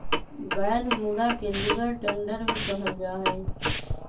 वैध मुदा के लीगल टेंडर भी कहल जाहई